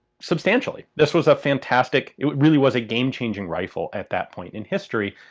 substantially. this was a fantastic. it really was a game-changing rifle at that point in history.